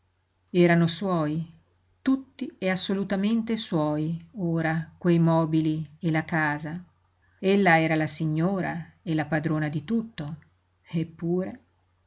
erano suoi tutti e assolutamente suoi ora quei mobili e la casa ella era la signora e la padrona di tutto eppure